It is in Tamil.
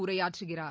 உரையாற்றுகிறார்